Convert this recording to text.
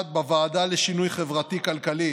בוועדה לשינוי חברתי-כלכלי